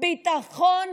ביטחון